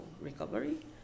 recovery